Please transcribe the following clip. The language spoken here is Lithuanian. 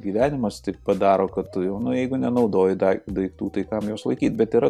gyvenimas tap padaro kad tu jau nu jeigu nenaudoji da daiktų tai kam juos laikyt bet yra